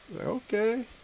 Okay